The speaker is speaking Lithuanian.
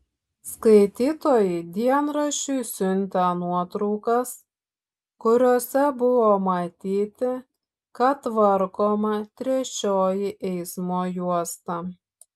skaitytojai dienraščiui siuntė nuotraukas kuriose buvo matyti kad tvarkoma trečioji eismo juosta